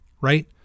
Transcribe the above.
right